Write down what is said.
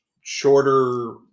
shorter